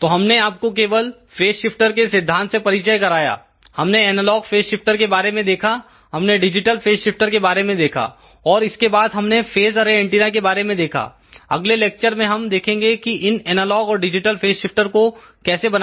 तो हमने आपको केवल फेज शिफ्टर के सिद्धांत से परिचय कराया हमने एनालॉग फेज शिफ्टर के बारे में देखा हमने डिजिटल फेज शिफ्टर के बारे में देखा और इसके बाद हमने फेज अरे एंटीना के बारे में देखा अगले लेक्चर में हम देखेंगे की इन एनालॉग और डिजिटल फेज शिफ्टर को कैसे बनाते हैं